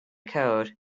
code